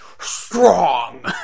strong